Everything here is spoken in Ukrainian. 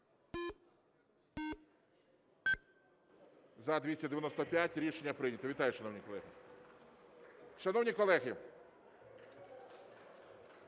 За-295 Рішення прийнято. Вітаю, шановні колеги. Шановні колеги,